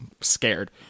scared